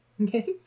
Okay